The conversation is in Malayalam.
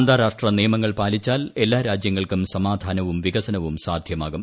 അന്താരാഷ്ട്ര നിയമങ്ങൾ പാലിച്ചാൽ എല്ലാ രാജ്യങ്ങൾക്കും സമാധാനവും വികസനവും സാധ്യമാകും